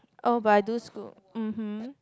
oh but I do school mmhmm